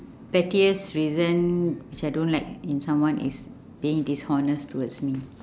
pettiest reason which I don't like in someone is being dishonest towards me